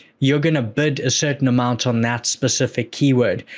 you're gonna bid a certain amount on that specific keyword.